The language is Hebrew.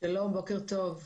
שלום בוקר טוב.